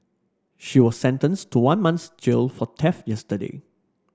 she was sentenced to one month's jail for theft yesterday